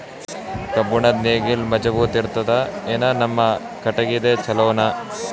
ಕಬ್ಬುಣದ್ ನೇಗಿಲ್ ಮಜಬೂತ ಇರತದಾ, ಏನ ನಮ್ಮ ಕಟಗಿದೇ ಚಲೋನಾ?